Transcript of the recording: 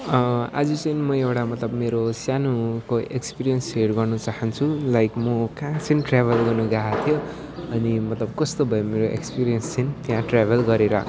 आज चाहिँ म यो एउटा मतलब मेरो सानोको एक्स्पिरियन्स सेयर गर्नु चाहन्छु लाइक म कहाँ चाहिँ ट्र्याभल गर्नु गएको थिएँ अनि मतलब कस्तो भयो मेरो एक्स्पिरियन्स चाहिँ त्यहाँ ट्र्याभल गरेर